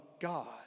God